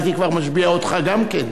הייתי כבר משביע אותך גם כן.